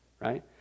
Right